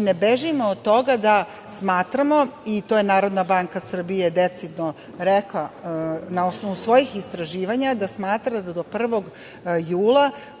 ne bežimo od toga da smatramo i to je Narodna banka Srbije decidno rekla na osnovu svojih istraživanja, da smatra da do 1. jula